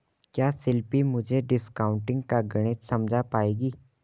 क्या शिल्पी मुझे डिस्काउंटिंग का गणित समझा पाएगी?